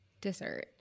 Dessert